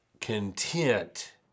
content